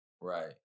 Right